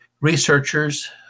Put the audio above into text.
researchers